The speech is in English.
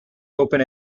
open